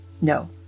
No